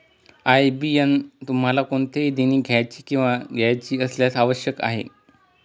IBAN तुम्हाला कोणतेही देणी द्यायची किंवा घ्यायची असल्यास आवश्यक आहे